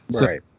Right